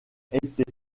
été